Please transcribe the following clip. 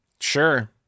Sure